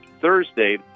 Thursday